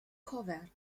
cover